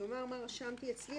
ואומר מה רשמתי אצלי.